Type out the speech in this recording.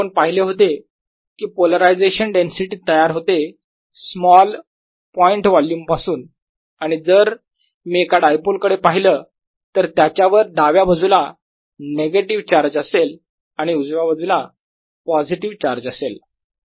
आपण पाहिले होते की पोलरायझेशन डेन्सिटी तयार होते स्मॉल पॉईंट वोल्युम पासून आणि जर मी एका डायपोल कडे पाहिल तर त्याच्यावर डाव्या बाजूला निगेटिव्ह चार्ज असेल आणि उजव्या बाजूला पॉझिटिव्ह चार्ज असेल